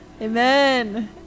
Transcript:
Amen